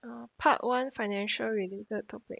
uh part one financial related topic